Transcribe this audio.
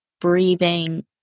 breathing